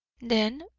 then,